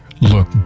look